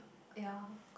ya